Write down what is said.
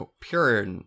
pure